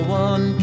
one